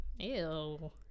Ew